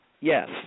Yes